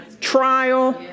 trial